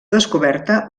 descoberta